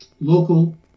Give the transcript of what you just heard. local